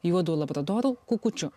juodu labradoru kukučiu